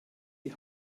die